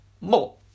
more